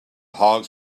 hogs